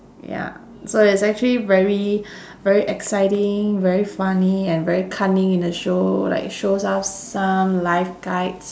ya so it's actually very very exciting very funny and very cunning in the show like shows us some life guides